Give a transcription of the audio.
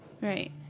Right